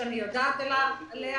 שאני יודעת עליה